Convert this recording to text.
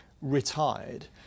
retired